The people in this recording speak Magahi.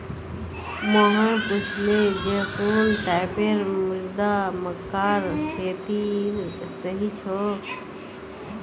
मोहन पूछले जे कुन टाइपेर मृदा मक्कार खेतीर सही छोक?